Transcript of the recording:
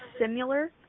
similar